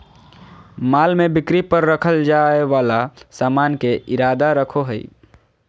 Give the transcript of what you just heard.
माल में बिक्री पर रखल जाय वाला सामान के इरादा रखो हइ